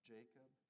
Jacob